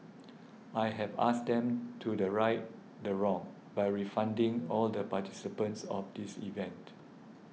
I have asked them to the right the wrong by refunding all the participants of this event